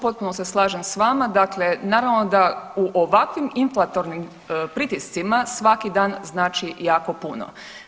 Potpuno se slažem sa vama, dakle naravno da u ovakvim inflatornim pritiscima svaki dan znači jako puno.